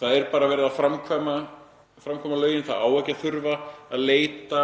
Það er bara verið að framkvæma lögin. Það á ekki að þurfa að leita